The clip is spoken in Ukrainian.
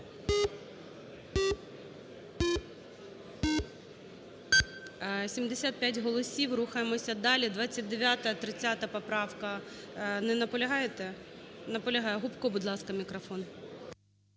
За-75 Рухаємося далі. 29-а, 30-а поправка. Не наполягаєте? Наполягає. Гопко, будь ласка, мікрофон.